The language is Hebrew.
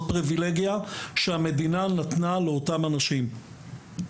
פריבילגיה שהמדינה נתנה לאותם אנשים.